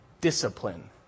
discipline